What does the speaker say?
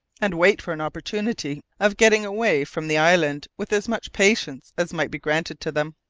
and wait for an opportunity of getting away from the island with as much patience as might be granted to them.